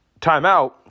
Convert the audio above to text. timeout